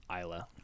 Isla